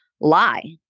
lie